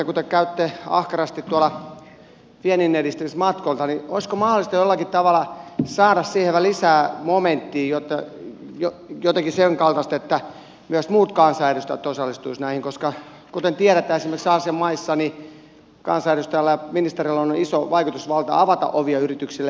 kun te käytte ahkerasti tuolla vienninedistämismatkoilla niin olisiko mahdollista jollakin tavalla saada siihen vähän lisää momenttia jotakin sen kaltaista että myös muut kansanedustajat osallistuisivat näihin koska kuten tiedetään esimerkiksi aasian maissa kansanedustajalla ja ministerillä on iso vaikutusvalta avata ovia yrityksille